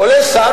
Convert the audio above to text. עולה שר,